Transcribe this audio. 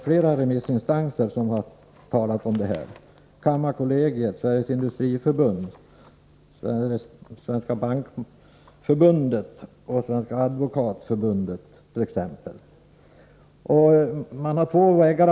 Flera remissinstanser har också anfört sådana synpunkter: t.ex. kammarkollegiet, Sveriges industriförbund, Svenska bankföreningen och Sveriges advokatsamfund. Man har att välja mellan två vägar.